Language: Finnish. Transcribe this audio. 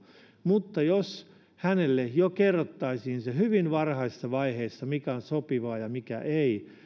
mutta jos hänelle kerrottaisiin jo hyvin varhaisessa vaiheessa mikä on sopivaa ja mikä ei